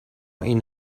این